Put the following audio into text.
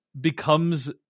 becomes